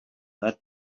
that